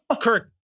kirk